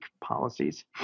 policies